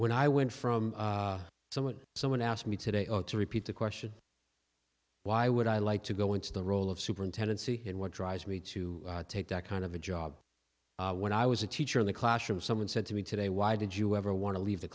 when i went from someone someone asked me today or to repeat the question why would i like to go into the role of superintendency and what drives me to take that kind of a job when i was a teacher in the classroom someone said to me today why did you ever want to leave the